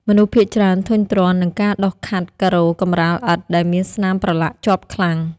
មនុស្សភាគច្រើនធុញទ្រាន់នឹងការដុសខាត់ការ៉ូកម្រាលឥដ្ឋ ដែលមានស្នាមប្រឡាក់ជាប់ខ្លាំង។